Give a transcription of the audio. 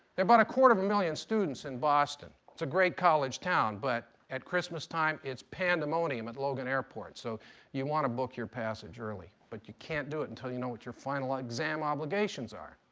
there are about a quarter of a million students in boston. it's a great college town, but at christmas time, it's pandemonium at logan airport. so you want to book your passage early, but you can't do it until you know what your final exam obligations are.